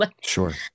Sure